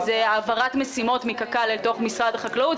זה העברת משימות מקק"ל אל תוך משרד החקלאות,